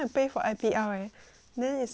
then is like 十二个 session right